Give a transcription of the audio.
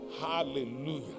Hallelujah